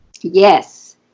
Yes